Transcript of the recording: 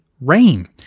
Rain